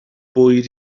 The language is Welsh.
bwyd